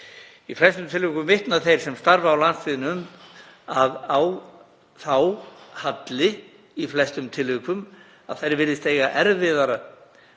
Í flestum tilvikum vitna þeir sem starfa á landsbyggðinni um að á þá halli í flestum tilvikum. Þeir virðast eiga erfiðara